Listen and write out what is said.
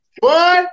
boy